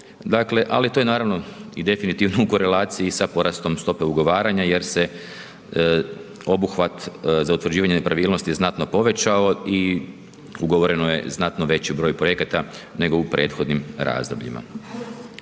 ali to je naravno definitivno u korelaciji sa porastom stope ugovaranja jer se obuhvat za utvrđivanje nepravilnosti znatno povećano i ugovoreno je znatno veći broj projekata nego u prethodnim razdobljima.